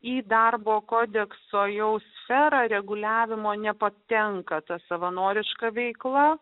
į darbo kodekso jau sferą reguliavimo nepatenka tą savanorišką veiklą